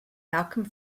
malcolm